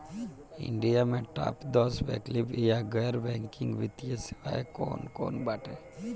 India में top दस वैकल्पिक या गैर बैंकिंग वित्तीय सेवाएं कौन कोन बाटे?